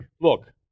look